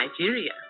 Nigeria